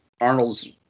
Arnold's